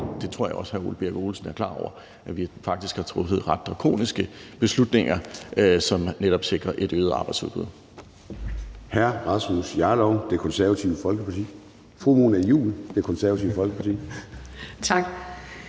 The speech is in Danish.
Jeg tror også, at hr. Ole Birk Olesen er klar over, at vi faktisk har truffet ret drakoniske beslutninger, som netop sikrer et øget arbejdsudbud.